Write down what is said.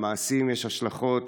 למעשים יש השלכות,